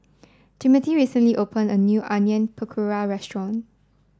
Timmothy recently opened a new Onion Pakora Restaurant